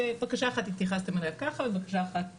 שבקשה אחת התייחסתם אליה ככה ובקשה אחת ככה,